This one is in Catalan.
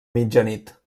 mitjanit